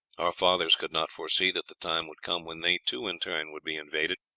fathers could not foresee that the time would come when they too in turn would be invaded.